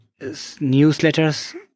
newsletters